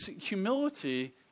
humility